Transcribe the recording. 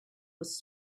was